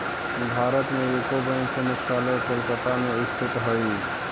भारत में UCO bank के मुख्यालय कोलकाता में स्थित हइ